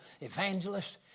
evangelist